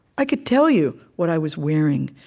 i could tell you what i was wearing.